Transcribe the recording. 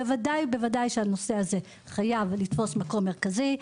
בוודאי שהנושא הזה חייב לתפוס מקום מרכזי,